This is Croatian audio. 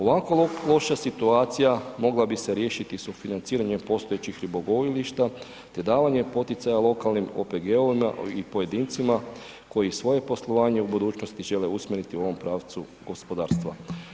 Ovako loša situacija mogla bi se riješiti sufinanciranjem postojećih ribogojilišta te davanje poticaja lokalnim OPG-ovima i pojedincima koji svoje poslovanje u budućnosti žele usmjeriti u ovom pravcu gospodarstva.